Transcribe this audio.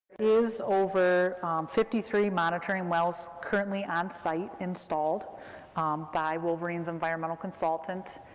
is over fifty three monitoring wells currently onsite, installed by wolverine's environmental consultant,